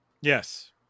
Yes